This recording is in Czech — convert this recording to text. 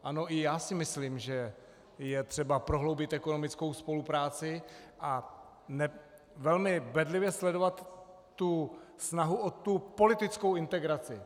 Ano, i já si myslím, že je třeba prohloubit ekonomickou spolupráci a velmi bedlivě sledovat tu snahu o politickou integraci.